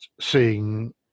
seeing